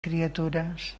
criatures